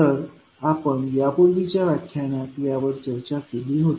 तर आपण यापूर्वीच्या व्याख्यानात यावर चर्चा केली होती